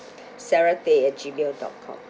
sarah teh at Gmail dot com